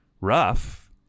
rough